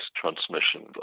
transmission